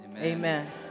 amen